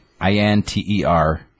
I-N-T-E-R